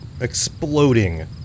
exploding